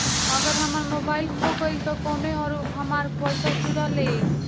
अगर हमार मोबइल खो गईल तो कौनो और हमार पइसा चुरा लेइ?